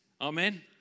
Amen